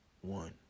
One